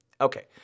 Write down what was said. Okay